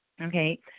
Okay